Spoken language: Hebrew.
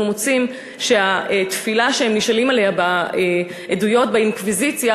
אנחנו מוצאים שהתפילה שהם נשאלים עליה בעדויות באינקוויזיציה,